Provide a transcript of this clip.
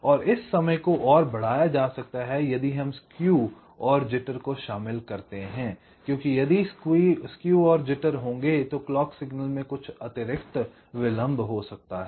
और इस समय को और बढ़ाया जा सकता है यदि हम स्केव और जिटर को शामिल करते हैं क्योंकि यदि स्केव और जिटर होंगे तो क्लॉक सिग्नल में कुछ अतिरिक्त विलंब हो सकता है